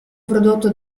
prodotto